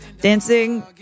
dancing